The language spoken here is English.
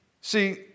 See